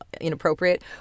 Inappropriate